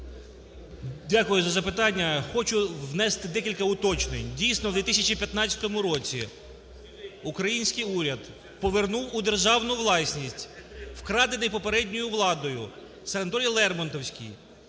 Дякую за запитання. Хочу внести декілька уточнень. Дійсно, в 2015 році український уряд повернув у державну власність вкрадений попередньою владою санаторій "Лермонтовський"